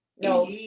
No